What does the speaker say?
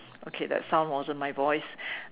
okay that sound wasn't my voice